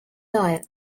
lawyer